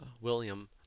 William